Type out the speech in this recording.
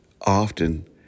often